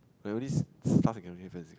like the only stuff that can really happen is